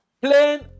Plain